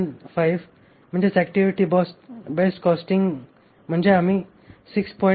67575 म्हणजे activity based costing म्हणजे आम्ही the